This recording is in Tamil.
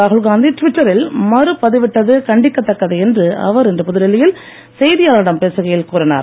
ராகுல்காந்தி டிவிட்டரில் மறு பதிவிட்டது கண்டிக்கத்தக்கது என்று அவர் இன்று புதுடெல்லியில் செய்தியாளர்களிடம் பேசுகையில் கூறினார்